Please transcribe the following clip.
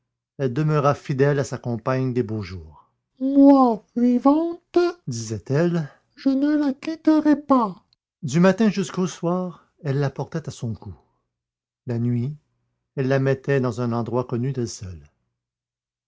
elle demeura fidèle à sa compagne des beaux jours moi vivante disait-elle je ne la quitterai pas du matin jusqu'au soir elle la portait à son cou la nuit elle la mettait dans un endroit connu d'elle seule